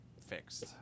fixed